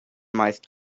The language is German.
meist